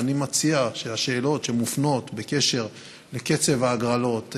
ואני מציע שהשאלות שמופנות בקשר לקצב ההגרלות,